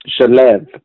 Shalev